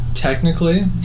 Technically